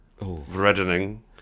reddening